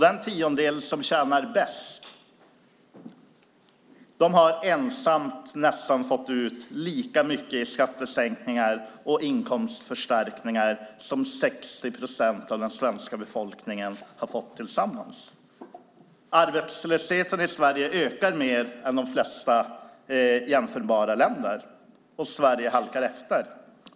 Den tiondel som tjänar bäst har ensam nästan fått ut lika mycket i skattesänkningar och inkomstförstärkningar som 60 procent av den svenska befolkningen har fått tillsammans. Arbetslösheten i Sverige ökar mer än i de flesta jämförbara länder, och Sverige halkar efter.